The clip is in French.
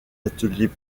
ateliers